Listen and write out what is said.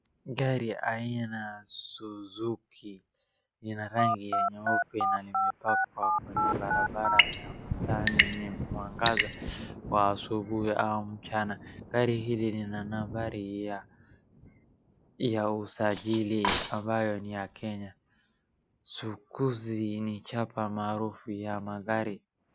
Gari aina Suzuki lina rangi ya nyeupe na limepakwa kwenye barabara ya mtaani. Ni mwangaza wa asubuhi au mchana. Gari hili lina nambari ya usajili ambayo ni ya Kenya. Sukuzi ni chapa maarufu ya magari.